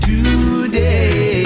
Today